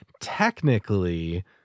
technically